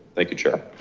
thank you chair.